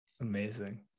Amazing